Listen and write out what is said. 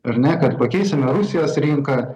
ar ne kad pakeisime rusijos rinką